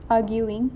arguing